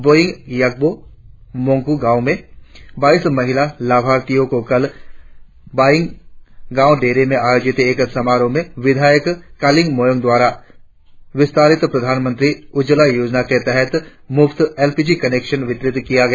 boying Yapgo और मोंकक्र गांवों के बाईस महिला लाभार्थियों को कल बॉयिंग गांव डेरे में आयोजित एक समारोह में विद्यायक कलिंग मोयोंग द्वारा विस्तारित प्रधान मंत्री उज्ज्वल योजना के तहत मुफ्त एलपीजी कनेक्शन वितरित किया गया